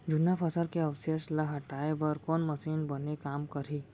जुन्ना फसल के अवशेष ला हटाए बर कोन मशीन बने काम करही?